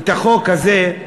את החוק הזה,